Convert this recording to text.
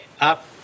up